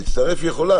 להצטרף היא יכולה.